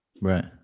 right